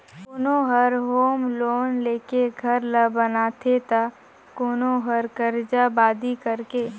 कोनो हर home loan लेके घर ल बनाथे त कोनो हर करजा बादी करके